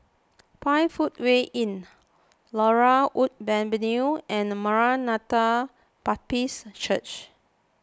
five Footway Inn Laurel Wood Avenue and Maranatha Baptist Church